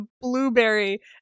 blueberry